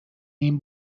این